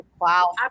Wow